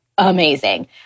amazing